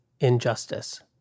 injustice